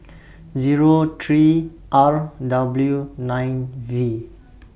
Zero three R W nine V